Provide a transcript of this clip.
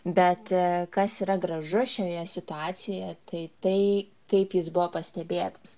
bet kas yra gražu šioje situacijoje tai tai kaip jis buvo pastebėtas